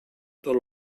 tot